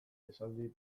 esaldi